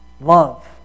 Love